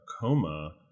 coma